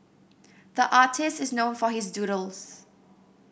the artist is known for his doodles